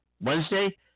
Wednesday